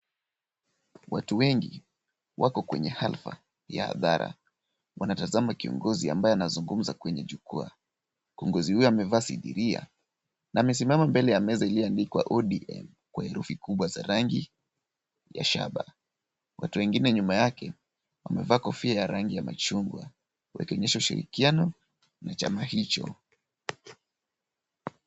Watu wengi wako kwenye halfa ya hadhara ,wanatazama kiongozi ambaye anazungumza kwenye jukwaa, kiongozi huyo amevaa sidiria na amesimama mbele ya meza iliyoandikwa ODM kwa herufi kubwa za rangi ya shaba ,watu wengine nyuma yake wamevaa kofia ya rangi ya machungwa wakionyesha ushirikiano wa chama hicho.